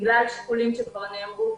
בגלל שיקולים שכבר עלו בדיון.